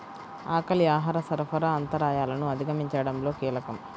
ఆకలి ఆహార సరఫరా అంతరాయాలను అధిగమించడంలో కీలకం